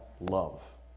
love